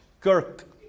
Kirk